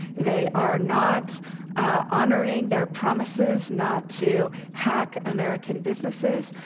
they are not honoring their promises not to hack american businesses.